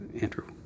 Andrew